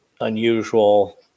unusual